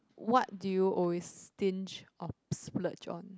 what do you always stinge or splurge on